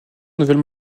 nouvelle